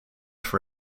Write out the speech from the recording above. for